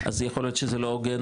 אז יכול להיות שזה לא הוגן,